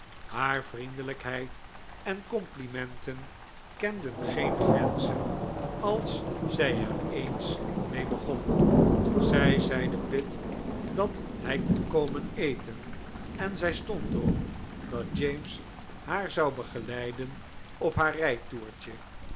haar vriendelijkheid en complimenten kenden geen grenzen als zij er eens mee begon zij zeide pitt dat hij kon komen eten en zij stond er op dat james haar zou begeleiden op haar